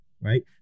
Right